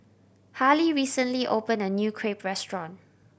Harlie recently opened a new Crepe restaurant